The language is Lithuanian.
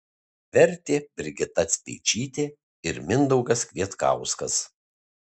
vertė brigita speičytė ir mindaugas kvietkauskas